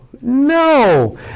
No